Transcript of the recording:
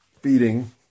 feeding